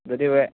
যদি ৱ